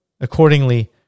Accordingly